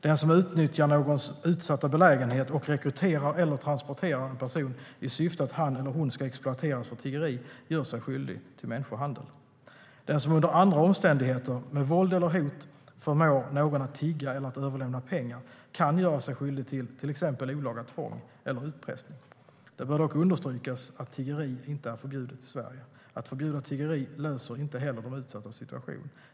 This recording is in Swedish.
Den som utnyttjar någons utsatta belägenhet och rekryterar eller transporterar en person i syfte att han eller hon ska exploateras för tiggeri gör sig skyldig till människohandel. Den som under andra omständigheter med våld eller hot förmår någon att tigga eller överlämna pengar kan göra sig skyldig till exempelvis olaga tvång eller utpressning. Det bör dock understrykas att tiggeri inte är förbjudet i Sverige. Att förbjuda tiggeri löser inte heller de utsattas situation.